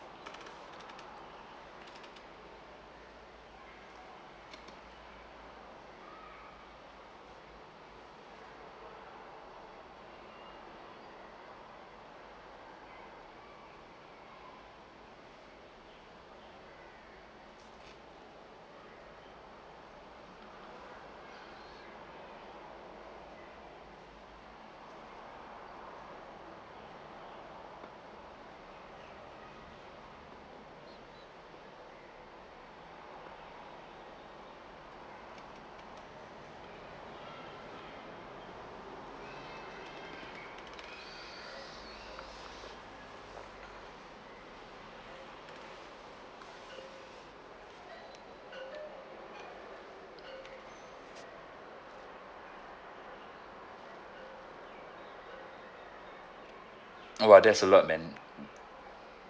!wah! that's a lot man